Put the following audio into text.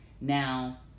Now